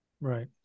right